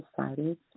decided